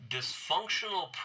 Dysfunctional